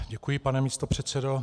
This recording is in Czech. Děkuji, pane místopředsedo.